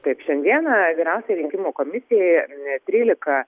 taip šiandieną vyriausioji rinkimų komisijai net trylika